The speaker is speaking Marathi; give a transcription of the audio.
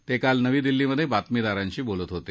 ते काल नवी दिल्लीत बातमीदारांशी बोलत होते